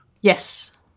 Yes